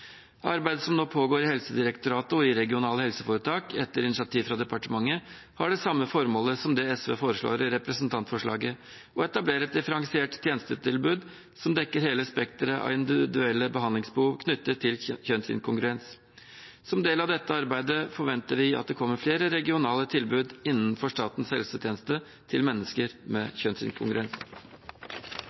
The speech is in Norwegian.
Arbeidet som nå pågår i Helsedirektoratet og i regionale helseforetak etter initiativ fra departementet, har det samme formålet som det SV foreslår i representantforslaget – å etablere et differensiert tjenestetilbud som dekker hele spekteret av individuelle behandlingsbehov knyttet til kjønnsinkongruens. Som en del av dette arbeidet forventer vi at det kommer flere regionale tilbud innen statens helsetjeneste for mennesker med